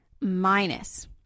minus